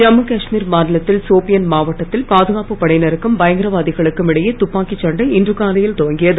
ஜம்மூ காஷ்மீர் மாநிலத்தில் சோப்பியன் மாவட்டத்தில் பாதுகாப்பு படையினருக்கும் பயங்கரவாதிகளுக்கும் இடையே துப்பாக்கி சண்டை இன்று காலையில் துவங்கியது